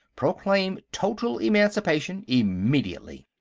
proclaim total emancipation, immediately.